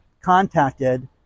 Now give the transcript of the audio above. contacted